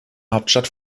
hauptstadt